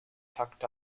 tucked